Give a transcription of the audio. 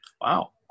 Wow